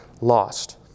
lost